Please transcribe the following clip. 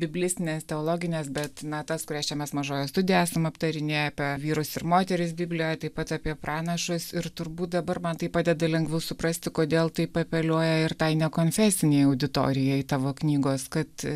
biblistines teologines bet na tas kurias čia mes mažojoj studijoj esam aptarinėję apie vyrus ir moteris biblijoje taip pat apie pranašus ir turbūt dabar man tai padeda lengviau suprasti kodėl taip apeliuoja ir tai nekonfesiniai auditorijai tavo knygos kad